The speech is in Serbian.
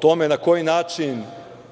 tome na koji način